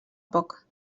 poc